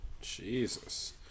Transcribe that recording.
Jesus